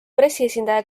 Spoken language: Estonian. pressiesindaja